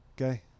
Okay